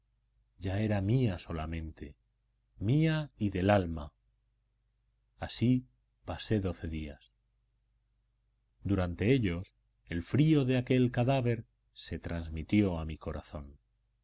ya era mía solamente mía y del alma así pasé doce días durante ellos el frío de aquel cadáver se transmitió a mi corazón